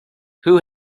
who